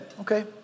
Okay